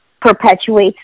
perpetuates